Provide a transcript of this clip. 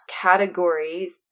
categories